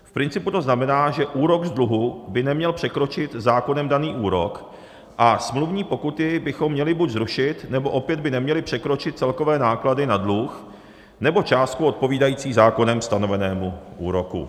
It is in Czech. V principu to znamená, že úrok z dluhu by neměl překročit zákonem daný úrok a smluvní pokuty bychom měli buď zrušit, nebo opět by neměly překročit celkové náklady na dluh nebo částku odpovídající zákonem stanovenému úroku.